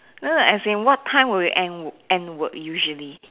ya lah as in what time will you end end work usually